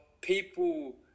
people